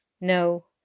No